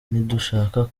ntidushaka